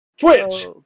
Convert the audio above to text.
twitch